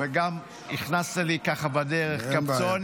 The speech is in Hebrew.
הכנסת לי בדרך קפצונים,